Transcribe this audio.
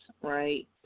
right